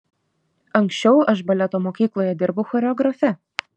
anksčiau aš baleto mokykloje dirbau choreografe